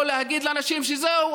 או להגיד לאנשים: זהו,